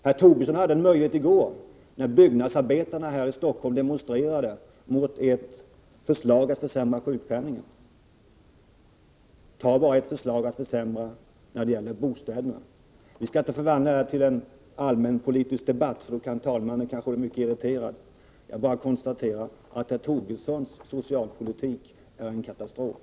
Herr Tobisson hade en möjlighet i går när byggnadsarbetarna i Stockholm demonstrerade mot ert förslag att försämra sjukpenningen. Ni har också lagt fram förslag om att försämra bostäderna. Vi skall emellertid inte förvandla denna debatt till en allmänpolitisk debatt — då kanske talmannen blir irriterad. Jag bara konstaterar att herr Tobissons socialpolitik är en katastrof.